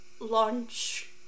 Launch